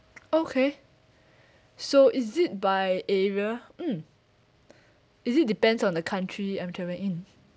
okay so is it by area mm is it depends on the country I'm travelling in